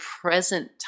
present